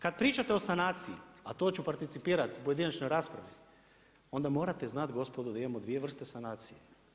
Kad pričate o sanaciji, a to ću participirat u pojedinačnoj raspravi, onda morate znati gospodo da imamo dvije vrste sanacije.